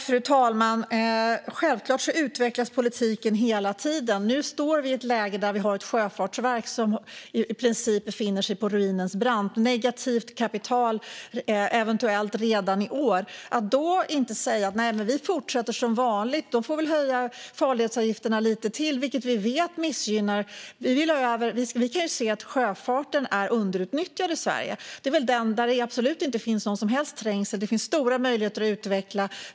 Fru talman! Självklart utvecklas politiken hela tiden. Nu står vi i ett läge där vi har ett sjöfartsverk som i princip befinner sig på ruinens brant, med negativt kapital eventuellt redan i år. Då kan man inte fortsätta som vanligt och tycka att farledsavgifterna väl får höjas lite till. Vi vet ju att det missgynnar sjöfarten. Vi kan se att sjöfarten är underutnyttjad i Sverige - det är väl det transportslag där det inte finns någon som helst trängsel utan där det finns stora möjligheter att utveckla.